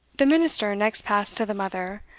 the minister next passed to the mother,